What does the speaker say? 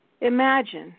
Imagine